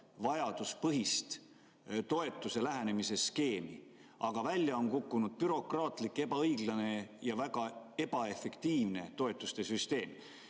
vajaduspõhist toetusele lähenemise skeemi, aga välja on kukkunud bürokraatlik, ebaõiglane ja väga ebaefektiivne toetuste süsteem.